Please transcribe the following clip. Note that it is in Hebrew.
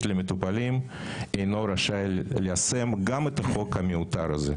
כל הסתייגות אמורה לקחת 40 שניות עד דקה אבל זה עכשיו שלוש דקות.